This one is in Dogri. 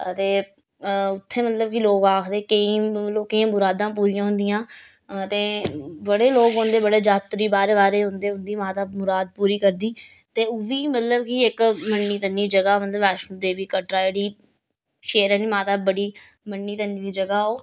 ते उत्थें मतलब कि लोग आखदे केईं मतलब मुरादां पूरियां होन्दिया ते बड़े लोग औंदे बड़े जात्तरी बाह्रे बाह्रे औंदे उं'दी माता मुराद पूरी करदी ते ओह् बी मतलब कि इक मन्नी तन्नी जगह मतलब वैष्णो देवी कटरा जेह्ड़ी शेरें आह्ली माता बड़ी मन्नी तन्नी दी जगह ओह्